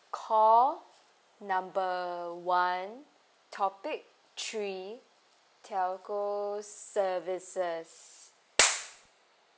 call number one topic three telco services